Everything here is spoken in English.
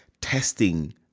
testing